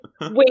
wait